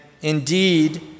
indeed